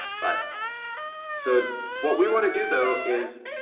but so what we wanna do though, is,